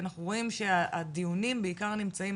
כי אנחנו רואים שהדיונים בעיקר נמצאים